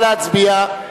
נא להצביע.